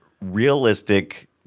realistic